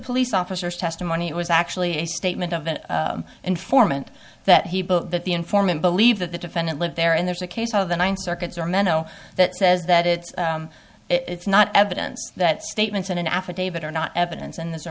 police officers testimony it was actually a statement of an informant that he that the informant believe that the defendant lived there and there's a case of the ninth circuit's or menno that says that it's it's not evidence that statements in an affidavit are not evidence and these are